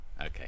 okay